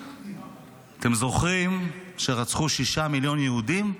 אתם זוכרים שרצחו שישה מיליון יהודים?